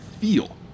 feel